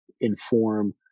inform